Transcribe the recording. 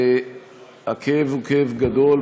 הכאב הוא כאב גדול,